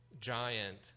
giant